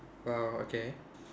!wow! okay